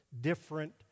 different